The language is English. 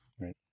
Right